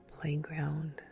playground